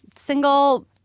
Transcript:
single